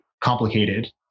complicated